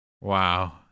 Wow